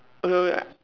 okay okay I